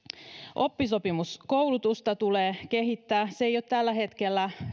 oppisopimuskoulutusta tulee kehittää sitä ei ole tällä hetkellä